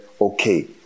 okay